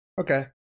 okay